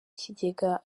kigega